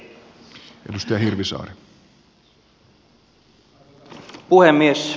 arvoisa puhemies